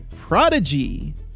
Prodigy